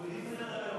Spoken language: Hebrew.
מורידים מסדר-היום.